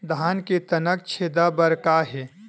धान के तनक छेदा बर का हे?